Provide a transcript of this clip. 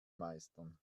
meistern